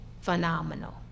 phenomenal